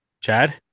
Chad